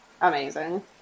amazing